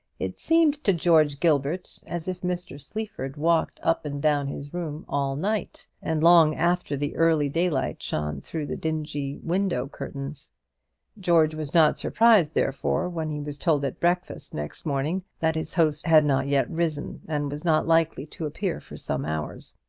it seemed to george gilbert as if mr. sleaford walked up and down his room all night, and long after the early daylight shone through the dingy window-curtains. george was not surprised, therefore, when he was told at breakfast next morning that his host had not yet risen, and was not likely to appear for some hours.